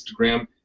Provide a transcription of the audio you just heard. Instagram